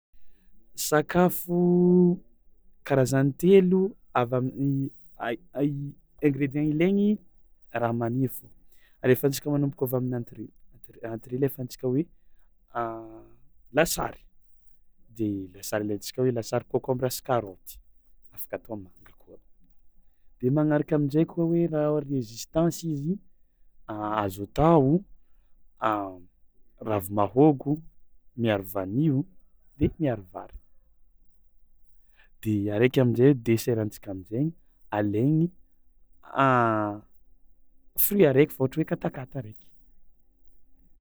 Sakafo karazany telo avy amin'ny a- a- i ingredient ilaigny raha magniry fôgna alefatsika magnomboka avy amin'ny entrée entrée alefantsika hoe lasary de lasary le alaitsika hoe lasary kôkombra sy karaoty afaka atao manga koa, de magnaraka amizay koa hoe resistansy izy, azo atao ravimahôgo miaro vanio de miaro vary, de araiky amizay deserantsika amizegny alegny fruit araiky fô ohatra hoe katakata reky.